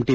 T